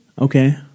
okay